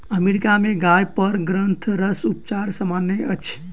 America में गाय पर ग्रंथिरस उपचार सामन्य अछि